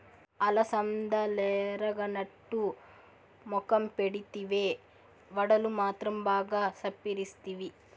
అలసందలెరగనట్టు మొఖం పెడితివే, వడలు మాత్రం బాగా చప్పరిస్తివి